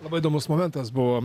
labai įdomus momentas buvo